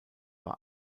bei